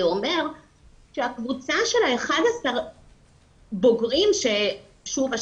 זה אומר שהקבוצה של 11 הבוגרים ושוב,